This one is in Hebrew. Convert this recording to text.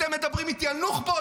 אתם מדברים איתי על נוח'בות?